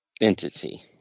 entity